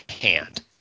hand